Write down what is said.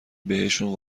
بهشون